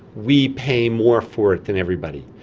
we pay more for it than everybody.